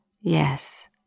Yes